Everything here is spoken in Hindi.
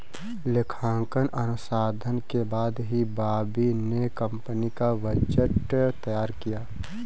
लेखांकन अनुसंधान के बाद ही बॉबी ने कंपनी का बजट तैयार किया